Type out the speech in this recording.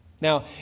Now